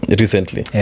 recently